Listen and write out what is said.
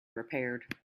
repaired